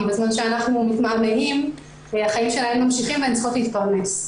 בזמן שאנחנו מתמהמהים החיים שלהן נמשכים והן צריכות להתפרנס.